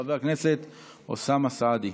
חבר הכנסת אוסאמה סעדי.